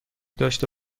داشته